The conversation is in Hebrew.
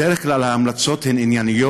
בדרך כלל ההמלצות הן ענייניות,